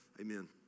amen